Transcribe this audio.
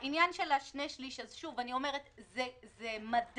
העניין של שני שליש, שוב אני אומר, זה מדד